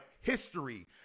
history